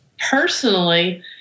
personally